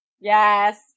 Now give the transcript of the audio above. Yes